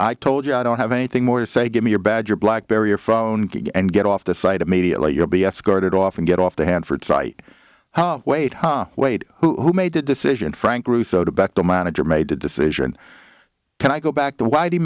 i told you i don't have anything more to say give me your bad your blackberry or phone and get off the site immediately you'll be escorted off and get off the hanford site wait wait who made that decision frank russo to back the manager made the decision can i go back to why do you